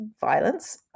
violence